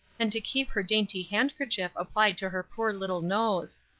and to keep her dainty handkerchief applied to her poor little nose.